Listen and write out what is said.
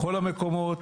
בכל המקומות.